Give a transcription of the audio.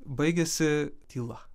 baigiasi tyla